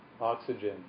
oxygen